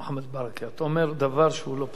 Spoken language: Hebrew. מוחמד ברכה, אתה אומר דבר שהוא לא פשוט.